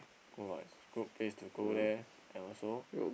good [what] it's a good place to go there and also